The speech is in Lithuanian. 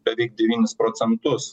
beveik devynis procentus